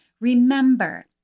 Remember